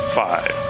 five